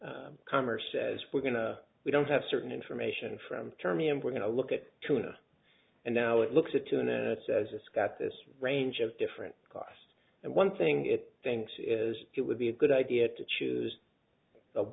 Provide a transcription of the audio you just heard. the commerce says we're going to we don't have certain information from germany and we're going to look at tuna and now it looks at two and says it's got this range of different costs and one thing it thinks is it would be a good idea to choose the